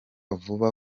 vuba